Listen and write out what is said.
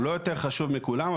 הוא לא יותר חשוב מכולם,